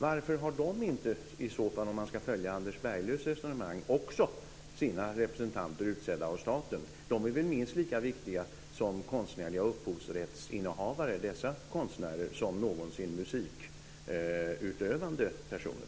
Varför har de inte i så fall, om man ska följa Anders Berglövs resonemang, representanter utsedda av staten? Dessa konstnärer är väl minst lika viktiga som upphovsrättsinnehavare som någonsin musikutövande personer.